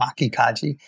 Makikaji